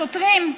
השוטרים,